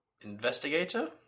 investigator